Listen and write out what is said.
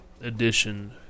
edition